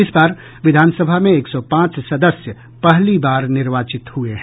इस बार विधानसभा में एक सौ पांच सदस्य पहली बार निर्वाचित हुये हैं